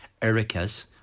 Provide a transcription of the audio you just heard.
ericas